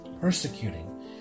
persecuting